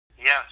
Yes